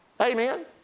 Amen